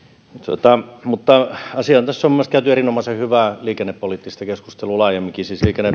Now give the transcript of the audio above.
mutta asiaan tässä on minusta käyty erinomaisen hyvää liikennepoliittista keskustelua laajemminkin